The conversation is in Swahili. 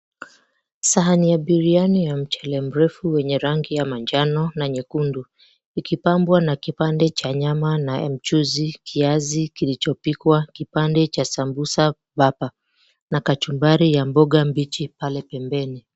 Sahani ya biriani ya mchele mrefu wenye wenye rangi ya manjano na nyekundu. Ikipambwa na kipande cha nyama na mchuzi, kiazi kilichopikwa, kipande cha sambusa, bapa na kachumbari ya mboga mbichi pale pembeni.